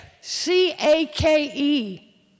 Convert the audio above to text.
C-A-K-E